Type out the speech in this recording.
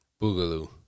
Boogaloo